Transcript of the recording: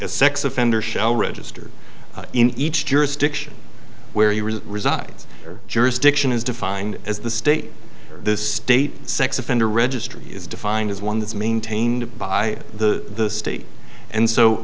a sex offender shall register in each jurisdiction where he resides or jurisdiction is defined as the state the state sex offender registry is defined as one that's maintained by the state and so